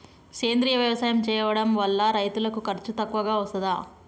సేంద్రీయ వ్యవసాయం చేయడం వల్ల రైతులకు ఖర్చు తక్కువగా వస్తదా?